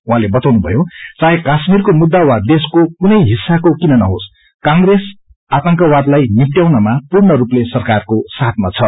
उहाँले बताउनुभयो चाहे काश्मीरको मुद्दा वा देशको कुनै हिस्साको किन नहोस कांग्रेस आतंकवादलाई निप्टयाउनमा पूर्णरूपले सरकारको साथमा छ